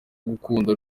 gukunda